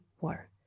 war